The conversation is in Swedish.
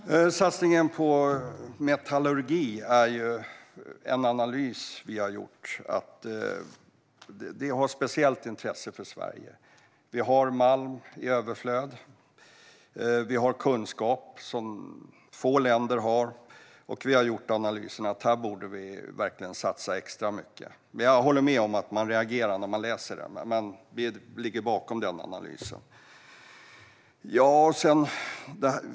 Fru talman! Satsningen på metallurgi utgår från en analys vi har gjort som visar att detta är av speciellt intresse för Sverige. Vi har malm i överflöd, och vi har kunskap som få länder har. Vi har gjort analysen att vi verkligen borde satsa extra mycket här. Jag håller med om att man reagerar när man läser detta, men vi står bakom den analysen.